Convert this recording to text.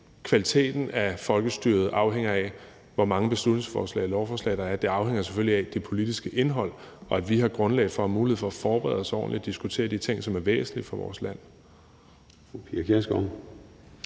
at kvaliteten af folkestyret afhænger af, hvor mange beslutningsforslag og lovforslag der er. Den afhænger selvfølgelig af det politiske indhold og af, at vi har grundlag og mulighed for at forberede os ordentligt og diskutere de ting, som er væsentlige for vores land.